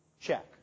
Check